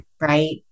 right